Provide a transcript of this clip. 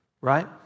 right